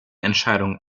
entscheidung